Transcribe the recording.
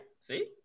See